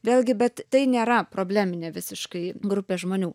vėlgi bet tai nėra probleminė visiškai grupė žmonių